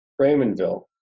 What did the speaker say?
Raymondville